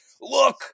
look